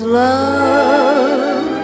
love